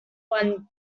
one